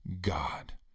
God